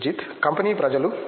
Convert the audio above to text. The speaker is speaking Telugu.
సుజిత్ కంపెనీ ప్రజలు